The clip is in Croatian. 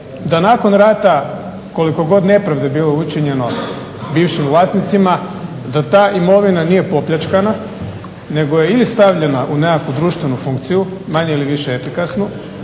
da nakon rata koliko god nepravde bilo učinjeno bivšim vlasnicima da ta imovina nije opljačkana nego je ili stavljena u nekakvu društvenu funkciju manje ili više efikasnu